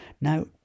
Now